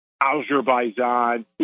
Azerbaijan